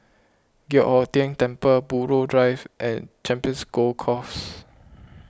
Giok Hong Tian Temple Buroh Drive and Champions Golf Course